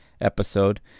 episode